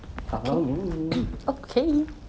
follow me